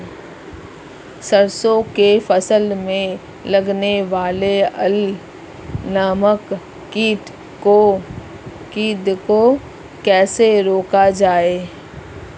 सरसों की फसल में लगने वाले अल नामक कीट को कैसे रोका जाए?